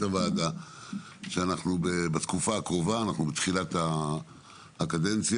הוועדה שבתקופה הקרובה נעשה דיון רחב יותר,